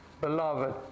beloved